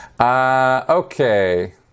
Okay